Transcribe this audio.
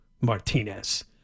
Martinez